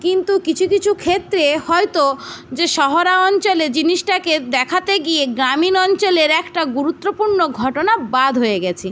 কিন্তু কিছু কিছু ক্ষেত্রে হয়তো যে শহরা অঞ্চলে জিনসটাকে দেখাতে গিয়ে গ্রামীণ অঞ্চলের একটা গুরুত্বপূর্ণ ঘটনা বাদ হয়ে গেছে